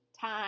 time